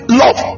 love